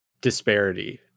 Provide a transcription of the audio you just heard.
disparity